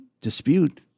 dispute